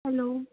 hello